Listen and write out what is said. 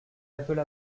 appela